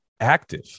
active